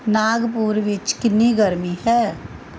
ਨਾਗਪੁਰ ਵਿੱਚ ਕਿੰਨੀ ਗਰਮੀ ਹੈ